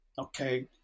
Okay